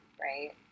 right